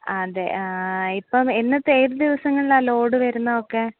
അതെ ആ ഇപ്പം എന്നത്തെ ഏത് ദിവസങ്ങളിലാണ് ലോഡ് വരുന്നതൊക്കെ